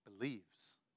Believes